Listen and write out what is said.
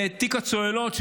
בתיק הצוללות,